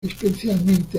especialmente